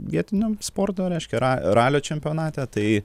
vietiniam sporto reiškia ra ralio čempionate taai